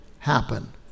happen